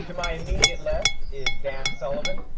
my immediate left is dan sullivan.